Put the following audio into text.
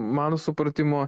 mano supratimu